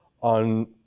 on